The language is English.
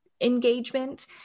engagement